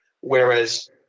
Whereas